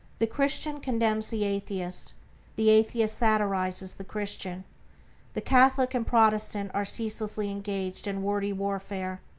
the christian condemns the atheist the atheist satirizes the christian the catholic and protestant are ceaselessly engaged in wordy warfare,